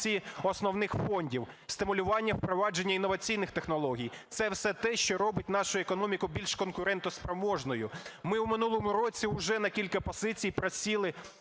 Дякую.